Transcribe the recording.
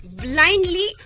blindly